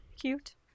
Cute